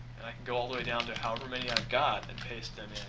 go all the way down to however many i got, and paste it